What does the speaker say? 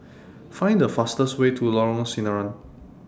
Find The fastest Way to Lorong Sinaran